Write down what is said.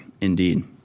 indeed